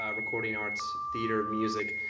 ah recording arts, theater, music.